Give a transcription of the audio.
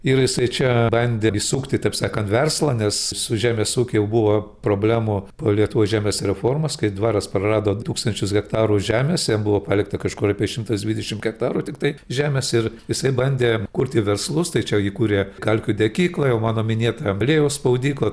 ir jisai čia bandė įsukti taip sakant verslą nes su žemės ūkiu jau buvo problemų po lietuvos žemės reformos kai dvaras prarado du tūkstančius hektarų žemės jam buvo palikta kažkur apie šimtas dvidešim hektarų tiktai žemės ir jisai bandė kurti verslus tai čia įkūrė kalkių degyklą jau mano minėtą aliejaus spaudyklą